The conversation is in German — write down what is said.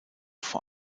vor